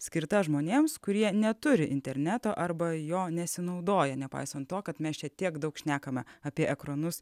skirta žmonėms kurie neturi interneto arba jo nesinaudoja nepaisant to kad mes čia tiek daug šnekame apie ekranus